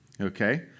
okay